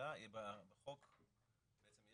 השאלה אם החוק --- יש